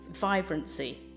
vibrancy